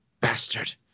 bastard